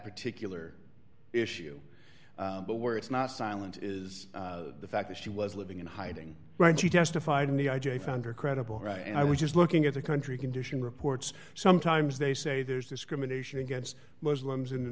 particular issue but where it's not silent is the fact that she was living in hiding right she testified in the i j a founder credible right and i was just looking at the country condition reports sometimes they say there's discrimination against muslims in the